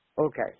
Okay